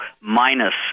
minus